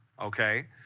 okay